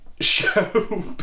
show